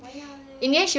我要 leh